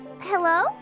Hello